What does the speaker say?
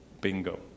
Bingo